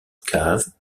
cave